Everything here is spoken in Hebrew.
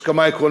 יש כמה עקרונות